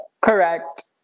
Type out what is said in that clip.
correct